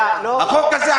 לא, לא,